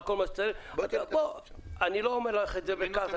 כל מה שצריך אני לא אומר לך את זה בכעס,